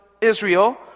Israel